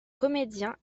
comédien